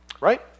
Right